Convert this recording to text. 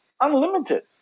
unlimited